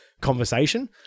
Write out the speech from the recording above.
conversation